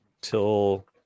till